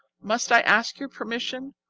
must i ask your permission,